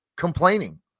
complaining